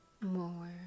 More